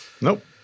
Nope